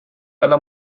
aller